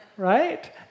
Right